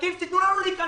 ומחכים שתיתנו לנו להיכנס.